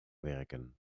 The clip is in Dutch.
werken